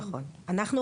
נכון, אנחנו